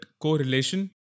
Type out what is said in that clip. correlation